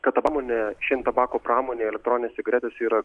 kad ta pramonė šin tabako pramonė elektroninės cigaretės yra